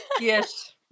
yes